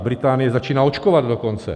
Británie začíná očkovat dokonce.